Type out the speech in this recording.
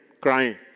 crying